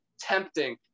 tempting